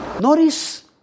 Notice